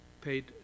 paid